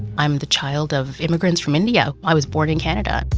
i'm the child of immigrants from india. i was born in canada.